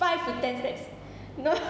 five to ten steps no